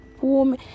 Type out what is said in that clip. warm